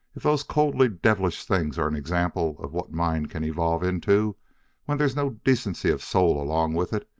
if those coldly devilish things are an example of what mind can evolve into when there's no decency of soul along with it,